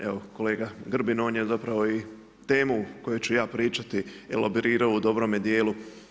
Evo kolega Grbin, on je zapravo i temu o kojoj ću ja pričati elaborirao u dobrome djelu.